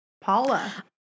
Paula